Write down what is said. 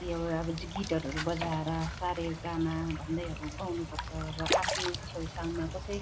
त्यो एउटा अब गिटारहरू बजाएर सारेगम भन्दै अब गाउनुपर्छ र आफ्नो छेउछाउमा कोही